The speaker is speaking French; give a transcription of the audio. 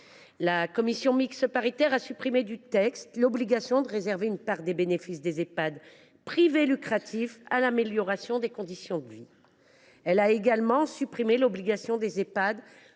La commission mixte paritaire a supprimé de cette proposition de loi l’obligation de réserver une part des bénéfices des Ehpad privés lucratifs à l’amélioration des conditions de vie. Elle a également supprimé l’obligation faite